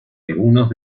algunos